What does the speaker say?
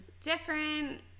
different